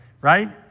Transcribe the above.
right